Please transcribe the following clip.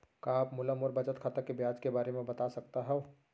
का आप मोला मोर बचत खाता के ब्याज के बारे म बता सकता हव?